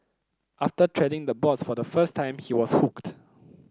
after treading the boards for the first time he was hooked